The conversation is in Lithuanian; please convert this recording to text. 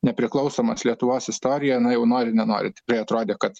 nepriklausomos lietuvos istoriją na jau nori nenori tikrai atrodė kad